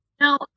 now